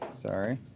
Sorry